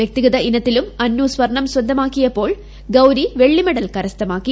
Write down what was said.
വ്യക്തിഗത ഇനത്തിലും അന്നു സ്വർണ്ണം സ്വന്തമാക്കിയപ്പോൾ ഗൌരി വെള്ളിമെഡൽ കരസ്ഥമാക്കി